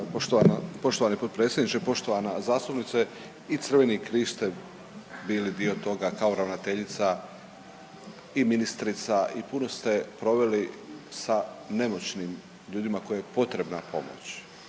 Poštovani potpredsjedniče, poštovana zastupnice i Crveni križ ste bili dio toga kao ravnateljica i ministrica i puno ste proveli sa nemoćnim ljudima kojima je potrebna pomoć.